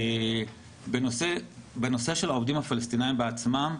בנושא העובדים הפלסטינים עצמם,